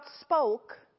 spoke